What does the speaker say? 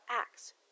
acts